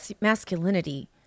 masculinity